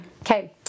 Okay